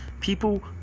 people